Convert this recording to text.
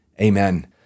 Amen